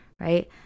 right